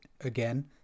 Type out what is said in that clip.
again